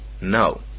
no